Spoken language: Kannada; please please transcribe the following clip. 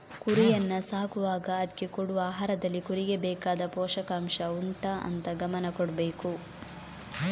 ಕುರಿಯನ್ನ ಸಾಕುವಾಗ ಅದ್ಕೆ ಕೊಡುವ ಆಹಾರದಲ್ಲಿ ಕುರಿಗೆ ಬೇಕಾದ ಪೋಷಕಾಂಷ ಉಂಟಾ ಅಂತ ಗಮನ ಕೊಡ್ಬೇಕು